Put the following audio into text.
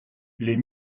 les